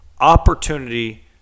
opportunity